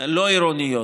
לא עירוניות.